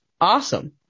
Awesome